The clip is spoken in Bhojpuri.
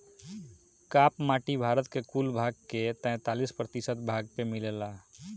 काप माटी भारत के कुल भाग के तैंतालीस प्रतिशत भाग पे मिलेला